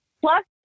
plus